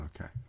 Okay